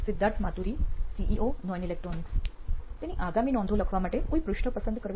Siddharth Maturi CEO નોઇન electronics તેની આગામી નોંધો લખવા માટે કોઈ પૃષ્ઠ પસંદ કરવું